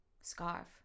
scarf